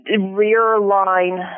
rear-line